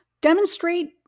demonstrate